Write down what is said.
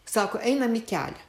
sako einame į kelią